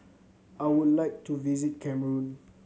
I would like to visit Cameroon